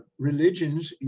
religions